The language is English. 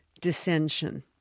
dissension